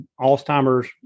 Alzheimer's